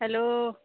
hello